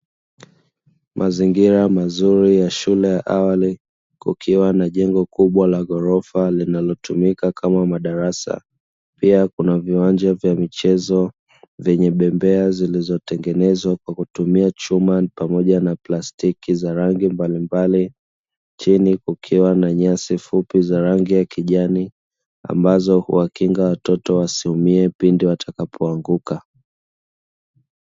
Mazingira mazuri ya shule ya awali kukiwa na jengo kubwa la ghorofa linalotumika kama madarasa, pia kuna viwanja vya michezo vyenye bembea zilizotengenezwa kwa kutumia chuma pamoja na plastiki za rangi mbalimbali, chini kukiwa na nyasi fupi za rangi ya kijani ambazo huwakinga watoto wasiumie pindi watakapoanguka.